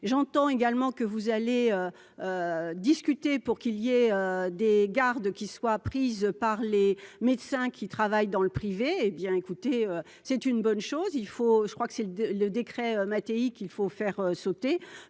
j'entends également que vous allez discuter pour qu'il y ait des gardes qui soient prises par les médecins qui travaillent dans le privé et bien écoutez, c'est une bonne chose, il faut je crois que c'est le le décret Mattéi qu'il faut faire sauter,